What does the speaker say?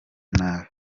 nabi